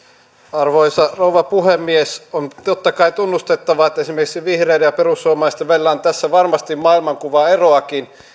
arvoisa rouva puhemies on totta kai tunnustettava että esimerkiksi vihreiden ja perussuomalaisten välillä on tässä varmasti maailmankuvaeroakin